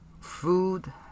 food